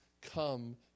come